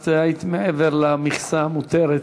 את היית מעבר למכסה המותרת,